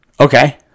okay